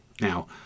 Now